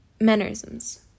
mannerisms